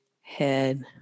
head